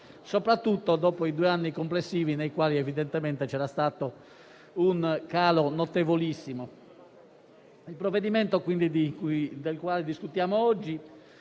soprattutto dopo gli ultimi due anni complessivi, nei quali evidentemente c'è stato un calo notevolissimo. Il provvedimento del quale discutiamo oggi